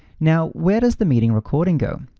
now, where does the meeting recording go?